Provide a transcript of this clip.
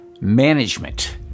management